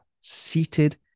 seated